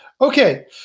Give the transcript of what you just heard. Okay